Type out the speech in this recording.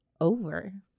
over